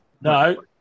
no